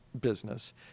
business